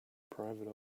private